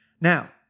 Now